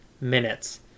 minutes